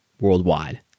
worldwide